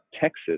texas